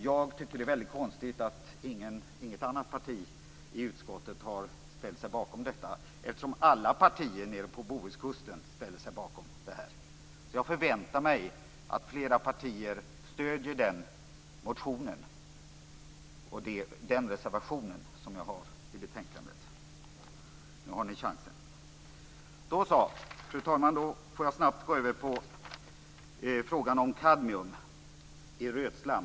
Jag tycker att det är väldigt konstigt att inget annat parti har ställt sig bakom detta i utskottet. Från alla partier nere på bohuskusten ställer man sig nämligen bakom det här. Därför förväntar jag mig att flera partier stöder motionen samt reservationen i fråga i det här betänkandet. Nu har ni chansen! Fru talman! Jag skall sedan helt snabbt gå över till frågan om kadmium i rötslam.